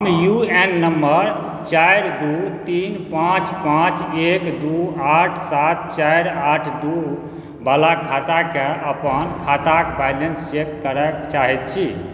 हम U A N number चारि दू तीन पाँच पाँच एक दू आठ सात चारि आठ दूवला खाताके अपन खाताक बैलेंस चेक करय चाहैत छी